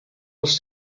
els